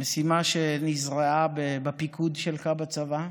משימה שנזרעה בפיקוד שלך בצבא,